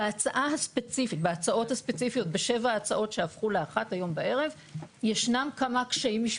בשבע ההצעות שהפכו לאחת היום בערב ישנם כמה קשיים.